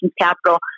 capital